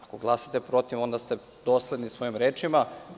Ako glasate protiv, onda ste dosledni svojim rečima.